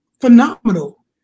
Phenomenal